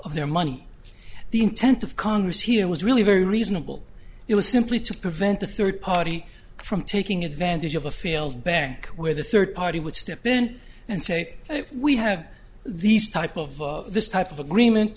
of their money the intent of congress here was really very reasonable it was simply to prevent the third party from taking advantage of a failed bank where the third party would step in and say we have these type of this type of agreement